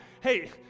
Hey